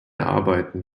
arbeiten